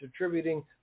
attributing